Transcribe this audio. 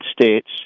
States